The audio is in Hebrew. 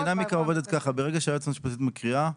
ברגע שהיא מקריאה,